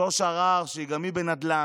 שוש הרר, שגם היא בנדל"ן.